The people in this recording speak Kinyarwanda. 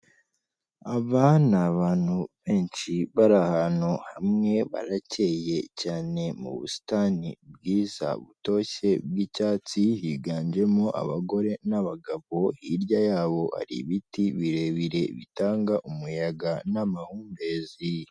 Aba ni abantu benshi bari ahantu hamwe barakeye cyane mu busitani bwiza, butoshye bw'icyatsi higanjemo abagore n'abagabo, hirya yabo hari ibiti birebire bitanga umuyaga n'amahumbezi.